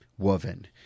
woven